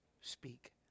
speak